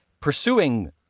pursuing